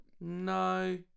No